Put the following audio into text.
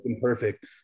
perfect